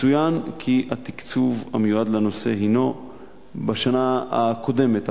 יצוין כי התקצוב המיועד לנושא בשנה הקודמת,